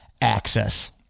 access